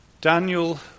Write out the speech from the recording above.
Daniel